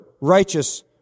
righteous